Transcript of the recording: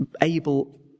able